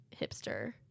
hipster